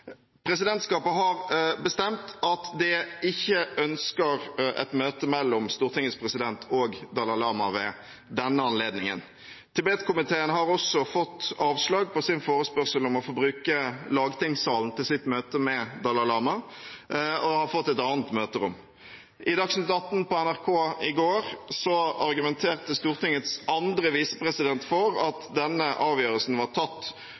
og Dalai Lama ved denne anledningen. Tibet-komiteen har også fått avslag på sin forespørsel om å få bruke lagtingssalen til sitt møte med Dalai Lama og har fått et annet møterom. I Dagsnytt Atten på NRK i går argumentert Stortingets andre visepresident for at denne avgjørelsen var tatt